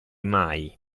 mai